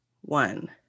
one